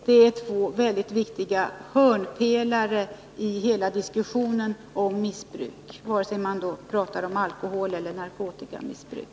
Det är två väldigt viktiga hörnpelare i hela diskussionen om missbruk, vare sig man talar om alkoholeller narkotikamissbruk.